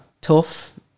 tough